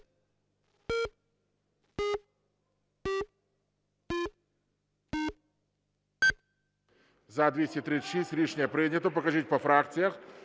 За-236 Рішення прийнято. Покажіть по фракціях.